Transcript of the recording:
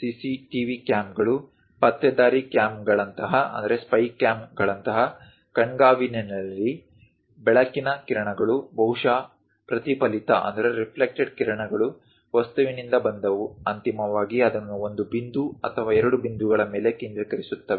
CCTV ಕ್ಯಾಮ್ಗಳು ಪತ್ತೇದಾರಿ ಕ್ಯಾಮ್ಗಳಂತಹ ಕಣ್ಗಾವಲಿನಲ್ಲಿ ಬೆಳಕಿನ ಕಿರಣಗಳು ಬಹುಶಃ ಪ್ರತಿಫಲಿತ ಕಿರಣಗಳು ವಸ್ತುವಿನಿಂದ ಬಂದವು ಅಂತಿಮವಾಗಿ ಅದನ್ನು ಒಂದು ಬಿಂದು ಅಥವಾ ಎರಡು ಬಿಂದುಗಳ ಮೇಲೆ ಕೇಂದ್ರೀಕರಿಸುತ್ತವೆ